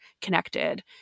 connected